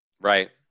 right